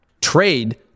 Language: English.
Trade